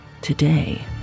today